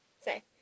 Say